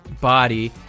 body